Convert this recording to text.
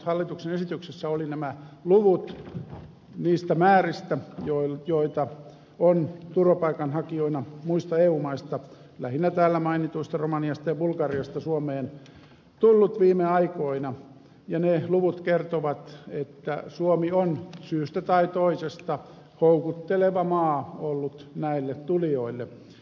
hallituksen esityksessä olivat nämä luvut niistä määristä joita on turvapaikanhakijoina muista eu maista lähinnä täällä mainituista romaniasta ja bulgariasta suomeen tullut viime aikoina ja ne luvut kertovat että suomi on syystä tai toisesta ollut houkutteleva maa näille tulijoille